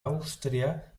austria